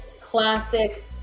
classic